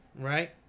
Right